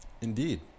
Indeed